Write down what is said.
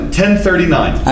1039